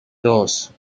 dos